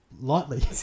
Lightly